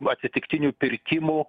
atsitiktinių pirkimų